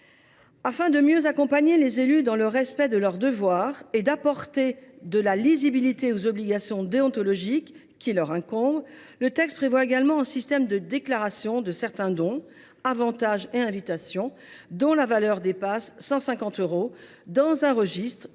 Afin de mieux accompagner les élus dans le respect de leurs devoirs et en vue d’apporter de la lisibilité aux obligations déontologiques qui leur incombent, ce texte prévoit également un système de déclaration de certains dons, avantages et invitations d’une valeur supérieure à 150 euros dans un registre